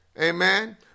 Amen